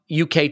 UK